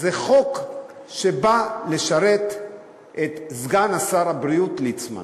זה חוק שבא לשרת את סגן שר הבריאות ליצמן.